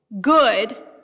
good